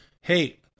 hey